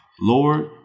Lord